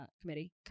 Committee